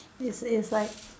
it's it's like